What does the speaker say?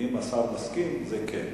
אם השר מסכים, כן.